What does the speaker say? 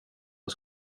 jag